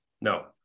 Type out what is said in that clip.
No